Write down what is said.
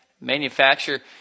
manufacture